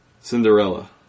Cinderella